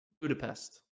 Budapest